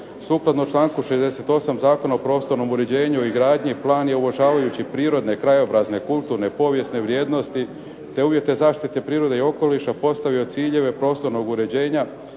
Sukladno članku 68. Zakona o prostornom uređenju i gradnji plan je uvažavajući prirodne, krajobrazne, kulturne, povijesne vrijednosti te uvjete zaštite prirode i okoliša postavio ciljeve prostornog uređenja